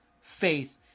faith